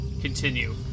continue